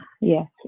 Yes